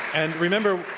and remember,